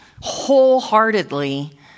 wholeheartedly